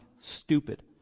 stupid